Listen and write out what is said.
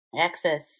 access